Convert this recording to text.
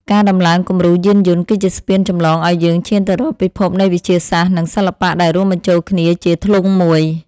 ការដំឡើងគំរូយានយន្ត គឺជាស្ពានចម្លងឱ្យយើងឈានទៅរកពិភពនៃវិទ្យាសាស្ត្រ និងសិល្បៈដែលរួមបញ្ចូលគ្នាជាធ្លុងមួយ។